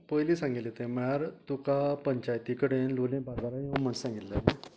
पयली सांगिल्ले तें म्हळ्यार तुका पंचायती कडेन लोलयें बाजारांत यो म्हण सांगिल्ले